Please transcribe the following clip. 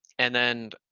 and then,